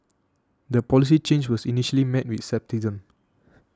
the policy change was initially met with scepticism